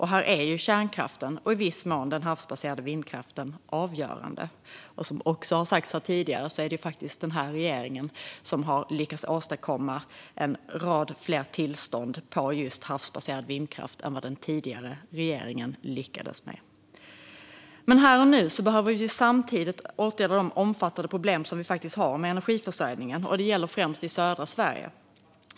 Här är kärnkraften och i viss mån den havsbaserade vindkraften avgörande. Som också har sagts här tidigare har den här regeringen faktiskt lyckats åstadkomma en rad fler tillstånd för just havsbaserad vindkraft än vad den tidigare regeringen lyckades med. Här och nu behöver vi samtidigt åtgärda de omfattande problem vi har med energiförsörjningen, främst i södra Sverige.